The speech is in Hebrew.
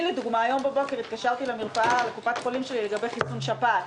אני הבוקר התקשרתי למרפאה בקופת החולים שלי לגבי חיסון שפעת,